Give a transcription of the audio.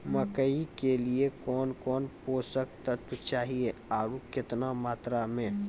मकई के लिए कौन कौन पोसक तत्व चाहिए आरु केतना मात्रा मे?